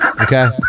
Okay